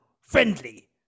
friendly